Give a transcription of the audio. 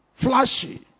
flashy